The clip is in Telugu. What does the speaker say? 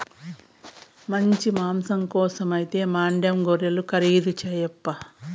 మంచి మాంసం కోసమైతే మాండ్యా గొర్రెలు ఖరీదు చేయప్పా